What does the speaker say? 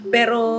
Pero